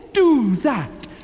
do that!